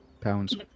pounds